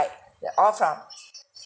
ya all from